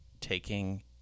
taking